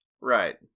right